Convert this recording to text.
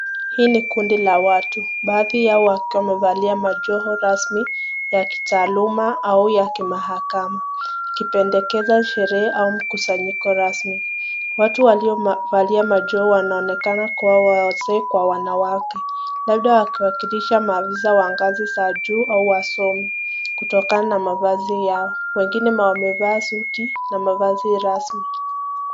Hii ni kundi la watu, baadhi yao wakivalia majoho rasmi ya kitaaluma au ya kimahakama ikipendekeza sherehe ai mkusanyiko rasmi. Watu waliovalia majoho wanaonekana kwa wazee kwa wanawake labda wakiwakilisha maafisa wa ngazi za juu au wasomi kutokana na mavazi yao, wengine wamevaa suti na mavazi rasmi.